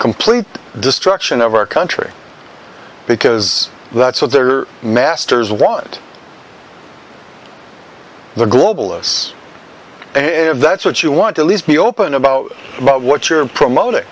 complete destruction of our country because that's what their masters want the globalists and if that's what you want to least be open about about what you're promoting